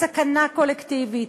כסכנה קולקטיבית.